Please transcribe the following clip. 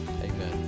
amen